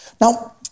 Now